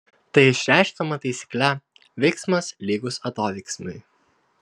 tai išreiškiama taisykle veiksmas lygus atoveiksmiui